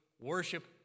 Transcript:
Worship